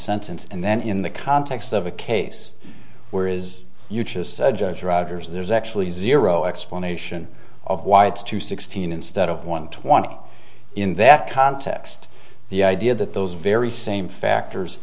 sentence and then in the context of a case where is you just said judge rogers there's actually zero explanation of why it's two sixteen instead of one twenty in that context the idea that those very same factors